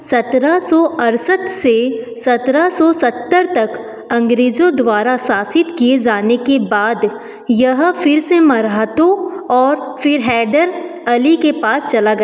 सत्रह सौ अड़सठ से सत्रह सौ सत्तर तक अंग्रेज़ों द्वारा शासित किए जाने के बाद यह फ़िर से मराठों और फ़िर हैदर अली के पास चला गया